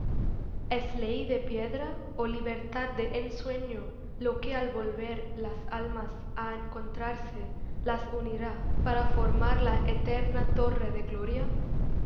es ley de piedra ó libertad de ensueño lo que al volver las almas á encontrarse las unirá para formar la eterna torre de gloria